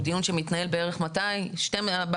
הוא דיון שמתנהל בפעם ה-12,000 כבר --- מהכנסת